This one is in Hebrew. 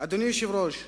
אדוני היושב-ראש,